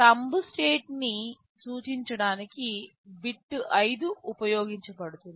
thumb state ని సూచించడానికి bit 5 ఉపయోగించబడుతుంది